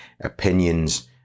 opinions